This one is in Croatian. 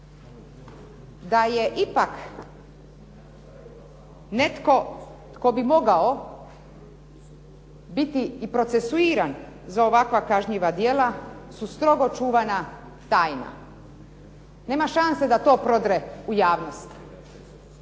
da je ipak netko tko bi mogao biti i procesuiran za ovakva kažnjiva djela su strogo čuvana tajna, nema šanse da to prodre u javnost